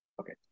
Okay